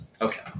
Okay